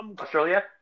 Australia